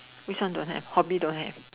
which one don't have hobby don't have